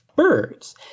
birds